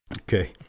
okay